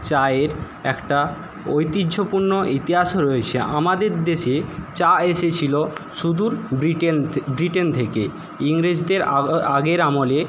চায়ের একটা ঐতিহ্যপূর্ণ ইতিহাস রয়েছে আমাদের দেশে চা এসেছিল সুদূর ব্রিটেন ব্রিটেন থেকে ইংরেজদের আগের আমলে